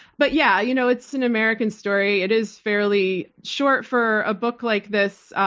but, yeah. you know it's an american story. it is fairly short for a book like this.